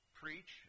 preach